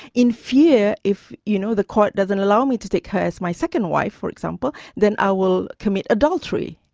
in fear if, you know, the court doesn't allow me to take her as my second wife, for example, then i will commit adultery.